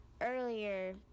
earlier